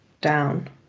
down